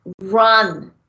run